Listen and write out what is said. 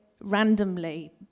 randomly